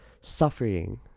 suffering